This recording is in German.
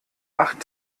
acht